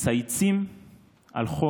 מצייצים על חומש.